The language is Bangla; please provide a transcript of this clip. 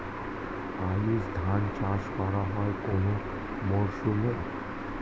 আউশ ধান চাষ করা হয় কোন মরশুমে?